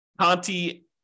Conti